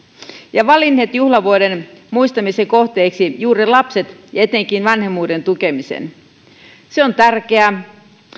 ja valinneet juhlavuoden muistamisen kohteeksi juuri lapset ja etenkin vanhemmuuden tukemisen se on tärkeä